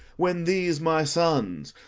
when these, my sons,